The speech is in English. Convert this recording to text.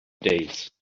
days